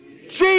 jesus